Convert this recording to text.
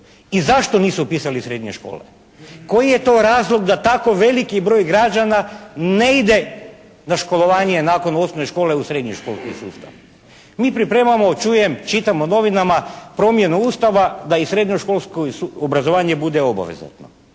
i zašto nisu upisali srednje škole? Koji je to razlog da tako veliki broj građana ne ide na školovanje nakon osnovne škole u srednje školski sustav? Mi pripremamo čujem, čitam u novinama promjenu Ustava da i srednje školsko obrazovanje bude obvezatno,